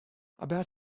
about